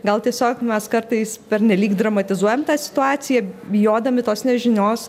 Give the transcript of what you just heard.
gal tiesiog mes kartais pernelyg dramatizuojam tą situaciją bijodami tos nežinios